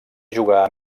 jugà